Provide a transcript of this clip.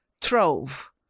trove